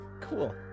Cool